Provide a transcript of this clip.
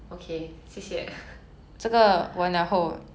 一场 I was gonna say 一轮 cause one round